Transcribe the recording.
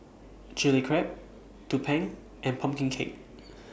Chili Crab Tumpeng and Pumpkin Cake